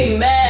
Amen